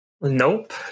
Nope